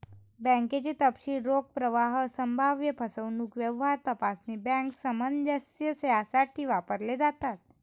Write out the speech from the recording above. बँकेचे तपशील रोख प्रवाह, संभाव्य फसवणूक, व्यवहार तपासणी, बँक सामंजस्य यासाठी वापरले जातात